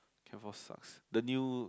can four sucks the new